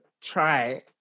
try